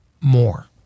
more